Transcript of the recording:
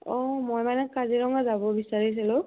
অঁ মই মানে কাজিৰঙা যাব বিচাৰিছিলোঁঁ